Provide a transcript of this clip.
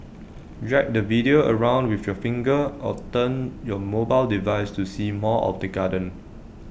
drag the video around with your finger or turn your mobile device to see more of the garden